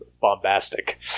bombastic